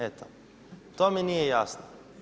Eto, to mi nije jasno.